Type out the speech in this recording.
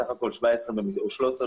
בסך הכול 13 במספר,